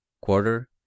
quarter